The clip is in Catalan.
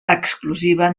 exclusiva